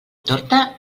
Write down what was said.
torta